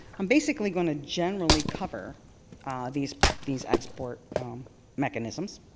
i'm basically going to generally cover ah these these export mechanisms.